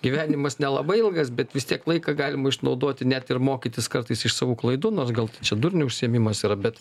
gyvenimas nelabai ilgas bet vis tiek laiką galima išnaudoti net ir mokytis kartais iš savų klaidų nors gal čia durnių užsiėmimas yra bet